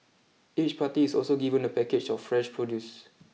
each party is also given a package of fresh produce